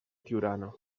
tiurana